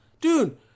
Dude